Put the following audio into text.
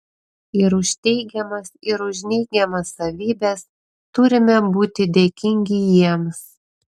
ir už teigiamas ir už neigiamas savybes turime būti dėkingi jiems